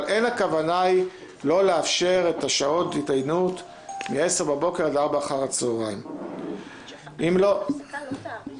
אבל אין הכוונה לא לאפשר את השעות ההידיינות מ-10:00 עד 16:00. אתה יכול